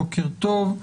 בוקר טוב,